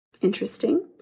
Interesting